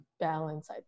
balance